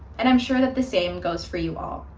and i'm sure that the same goes for you all.